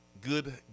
good